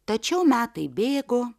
tačiau metai bėgo